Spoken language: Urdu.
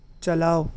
چلاؤ